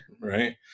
Right